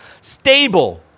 stable